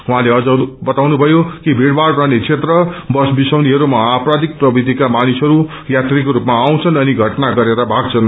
उहाँले अम्न बताउनुभयो कि भीड़पाइ रहने क्षेत्र बस विसीनीहरूमा आपराषिक प्रवृत्तिका मानिसहरू यात्रीको स्पमा आउँछन् अनि षटना गरेर भाग्छन्